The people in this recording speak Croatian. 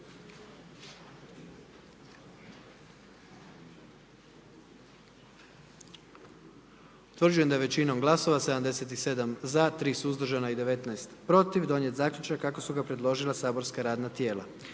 Utvrđujem da je većinom glasova, 78 za, 13 suzdržanih i 10 protiv donijet zaključak kako su predložila saborska radna tijela.